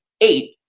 Eight